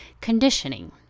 conditioning